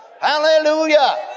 Hallelujah